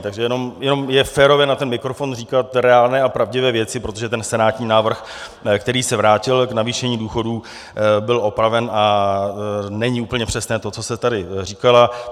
Takže jenom je férové na ten mikrofon říkat reálné a pravdivé věci, protože ten senátní návrh, který se vrátil k navýšení důchodů, byl opraven a není úplně přesné to, co jste tady říkala.